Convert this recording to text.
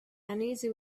uneasy